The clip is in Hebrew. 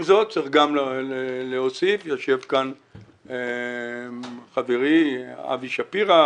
זאת צריך גם להוסיף יושב כאן חברי אבי שפירא,